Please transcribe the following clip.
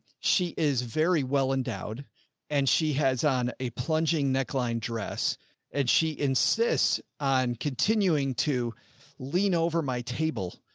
she is very well endowed and she has on a plunging neckline dress and she insists on continuing to lean over my table.